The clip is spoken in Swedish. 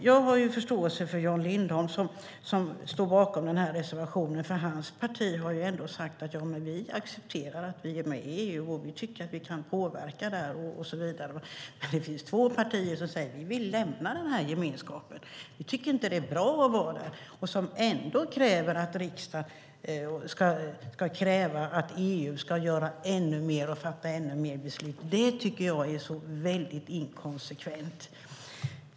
Jag har förståelse för Jan Lindholm som står bakom den här reservationen, för hans parti har ändå sagt att de accepterar att Sverige är med i EU och tycker att vi kan påverka där. Det finns två partier som säger att vi ska lämna den här gemenskapen för att de tycker att det inte är bra att vara där men som ändå menar att riksdagen ska kräva att EU ska göra ännu mer och fatta ännu mer beslut. Det tycker jag är väldigt inkonsekvent.